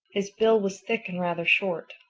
his bill was thick and rather short.